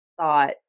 thought